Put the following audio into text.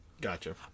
Gotcha